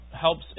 helps